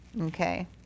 Okay